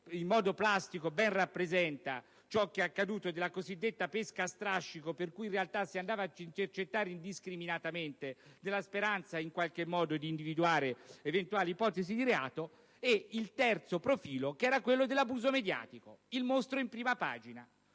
in modo plastico ben rappresenta ciò che è accaduto, della cosiddetta pesca a strascico, per cui in realtà si andava ad intercettare indiscriminatamente nella speranza di individuare eventuali ipotesi di reato; infine, il terzo profilo era quello dell'abuso mediatico: il mostro in prima pagina,